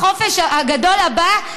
בחופש הגדול הבא,